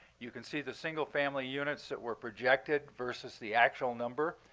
you can see the single family units that were projected versus the actual number.